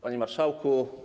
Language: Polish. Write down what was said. Panie Marszałku!